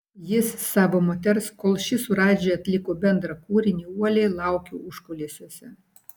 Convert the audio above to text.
jis savo moters kol ši su radži atliko bendrą kūrinį uoliai laukė užkulisiuose